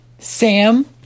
Sam